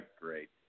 great